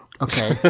okay